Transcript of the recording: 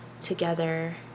together